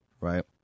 right